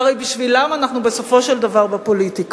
והרי בשבילם אנחנו בסופו של דבר בפוליטיקה.